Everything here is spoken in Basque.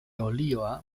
olioa